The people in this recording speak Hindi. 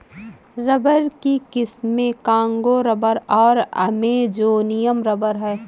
रबर की किस्में कांगो रबर और अमेजोनियन रबर हैं